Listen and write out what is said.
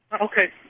Okay